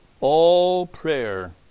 all-prayer